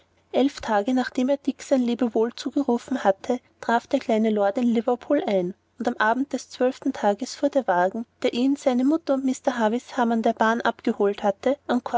elf tage nachdem er dick sein lebewohl zugerufen hatte traf der kleine lord in liverpool ein und am abend des zwölften tages fuhr der wagen der ihn seine mutter und mr havisham an der bahn abgeholt hatte